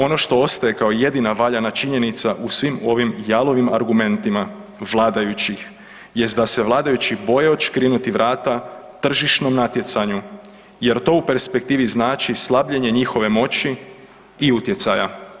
Ono što ostaje kao jedina valjana činjenica u svim ovim jalovim argumentima vladajućih jest da se vladajući boje odškrinuti vrata tržišnom natjecanju jer to u perspektivi znači slabljenje njihove moći i utjecaja.